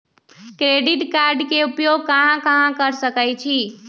Credit card के उपयोग कहां कहां कर सकईछी?